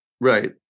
right